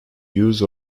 use